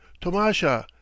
Tomasha